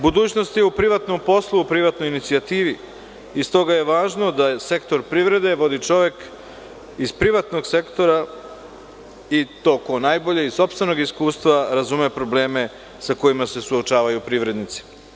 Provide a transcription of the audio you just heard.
Budućnost je u privatnom poslu, u privatnoj inicijativi i s toga je važno da sektor privrede vodi čovek iz privatnog sektora i to, ko najbolje, iz sopstvenog iskustva, razume probleme sa kojima se suočavaju privrednici.